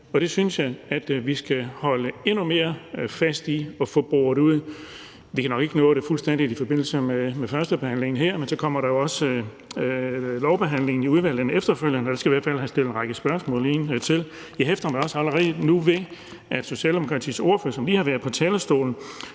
det synes jeg vi skal holde endnu mere fast i at få boret ud. Vi kan nok ikke nå det fuldstændig i forbindelse med førstebehandlingen her, men så kommer der også lovbehandlingen i udvalget efterfølgende, og der skal vi i hvert fald have stillet en række spørgsmål. Jeg hæfter mig også allerede nu ved Socialdemokratiets ordfører, som lige har været på talerstolen.